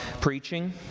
preaching